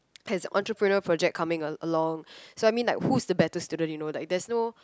has entrepreneur projects coming along so I mean like who's the better student you know like there's no